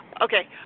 Okay